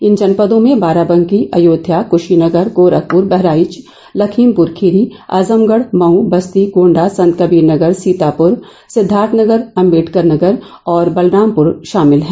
इन जनपदों में बाराबंकी अयोध्या कशीनगर गोरखपुर बहराइच लखीमपुर खीरी आजगमढ़ मऊ बस्ती गोण्डा संत कबीरनगर सीतापुर सिद्धार्थनगर अंबेडकर नगर और बलरामपुर नामिल हैं